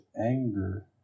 anger